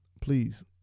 please